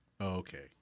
Okay